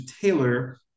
tailor